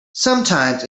sometimes